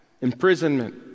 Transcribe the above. imprisonment